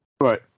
Right